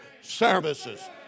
services